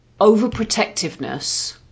overprotectiveness